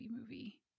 movie